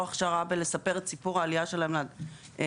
הכשרה בלספר את סיפור העלייה שלהם לארץ,